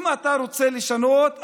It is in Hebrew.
אם אתה רוצה לשנות,